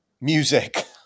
music